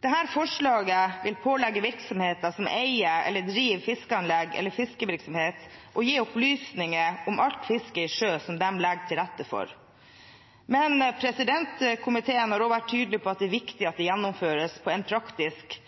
Dette forslaget vil pålegge virksomheter som eier eller driver fiskeanlegg eller fiskevirksomhet, å gi opplysninger om alt fisket i sjø som de legger til rette for. Men komiteen har også vært tydelig på at det er viktig at det gjennomføres på en praktisk